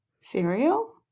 cereal